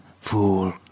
Fool